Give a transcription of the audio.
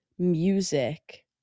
music